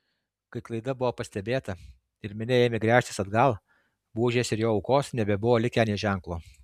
kai klaida buvo pastebėta ir minia ėmė gręžtis atgal buožės ir jo aukos nebebuvo likę nė ženklo